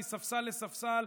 מספסל לספסל,